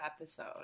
episode